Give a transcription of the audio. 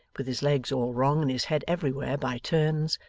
with his legs all wrong, and his head everywhere by turns,